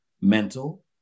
mental